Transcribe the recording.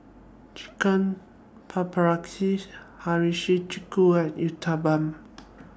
Chicken Hiyashi Chuka and Uthapam